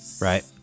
Right